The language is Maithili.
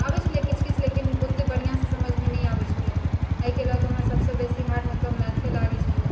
आबै छलै किछु किछु लेकिन ओतेक बढ़िआँसँ समझ नहि आबै छलै एहिके लऽ कऽ हमरा सबसँ बेसी हार्ड मतलब मैथे लागै छलै